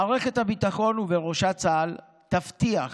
מערכת הביטחון, ובראשה צה"ל, תבטיח